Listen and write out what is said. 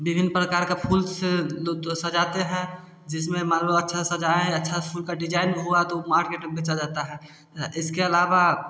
विभिन्न प्रकार के फूल से लोग सजाते हैं जिसमें मान लो अच्छा सजाएँ अच्छा फूल का डिजाइन भी हुआ तो मार्केट में बेचा जाता है इसके अलावा